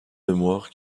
mémoires